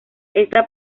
esta